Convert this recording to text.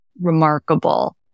remarkable